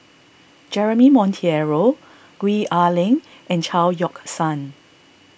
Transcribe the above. Jeremy Monteiro Gwee Ah Leng and Chao Yoke San